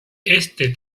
este